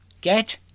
Get